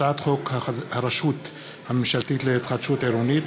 הצעת חוק הרשות הממשלתית להתחדשות עירונית,